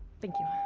thank you.